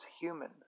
human